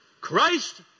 Christ